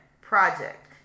Project